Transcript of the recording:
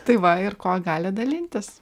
tai va ir kuo gali dalintis